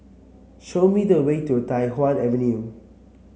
show me the way to Tai Hwan Avenue